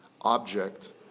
object